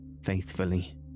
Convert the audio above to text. faithfully